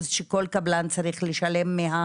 שכל קבלן צריך לשלם?